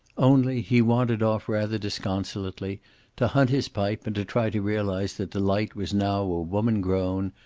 only, he wandered off rather disconsolately to hunt his pipe and to try to realize that delight was now a woman grown,